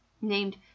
named